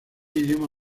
idioma